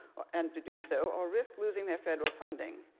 and to do so or risk losing their federal funding.